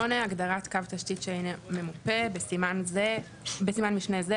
התשפ״ג- 2023 הגדרת קו תשתית שאינו ממופה 8. בסימן משנה זה,